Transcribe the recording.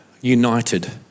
united